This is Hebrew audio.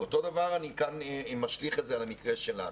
אותו דבר אני משליך את זה על המקרה שלנו.